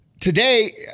today